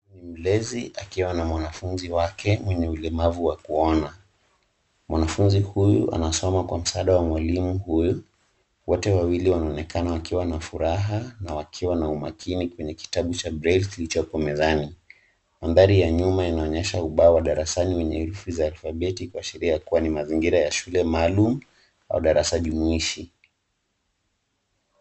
Huyu ni mlezi akiwa na mwanafunzi wake mwenye ulemavu wa kuona. Mwanafunzi huyu anasoma kwa msaada wa mwalimu huyu. Wote wawili wanaonekana wakiwa na furaha na wakiwa na umakini kwenye kitabu cha braille kilichoko mezani. Mandhari ya nyuma yanaonyesha ubao wa darasani wenye herufi za alfabeti kuashiria kua ni mazingira ya shule maalum au darasa jumuishi.